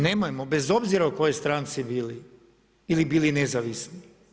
Nemojmo bez obzira u kojoj stranci bili ili bili nezavisni.